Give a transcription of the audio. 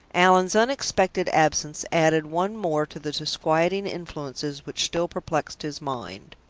allan's unexpected absence added one more to the disquieting influences which still perplexed his mind.